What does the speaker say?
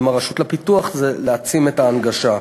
עם הרשות לפיתוח, היא להעצים את ההנגשה.